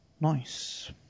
Nice